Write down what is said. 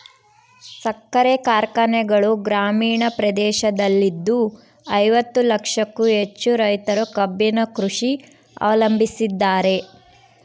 ಸಕ್ಕರೆ ಕಾರ್ಖಾನೆಗಳು ಗ್ರಾಮೀಣ ಪ್ರದೇಶದಲ್ಲಿದ್ದು ಐವತ್ತು ಲಕ್ಷಕ್ಕೂ ಹೆಚ್ಚು ರೈತರು ಕಬ್ಬಿನ ಕೃಷಿ ಅವಲಂಬಿಸಿದ್ದಾರೆ